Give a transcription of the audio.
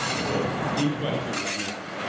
team question, up next.